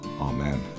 Amen